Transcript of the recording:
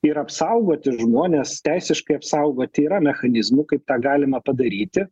ir apsaugoti žmones teisiškai apsaugoti yra mechanizmų kaip tą galima padaryti